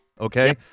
okay